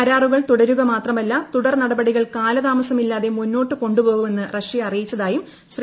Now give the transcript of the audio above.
കരാറുകൾ തുടരുക മാത്രമല്ല തുടർ നടപടികൾ കാലതാമസമില്ലാതെ മുന്നോട്ട് കൊണ്ടുപോകുമെന്ന് റഷ്യ അറിയിച്ചതായും ശ്രീ